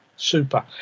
Super